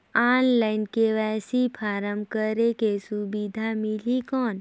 Online KYC form करेके सुविधा मिली कौन?